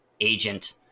agent